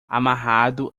amarrado